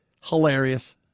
hilarious